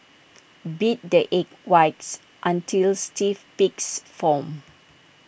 beat the egg whites until stiff peaks form